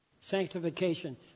Sanctification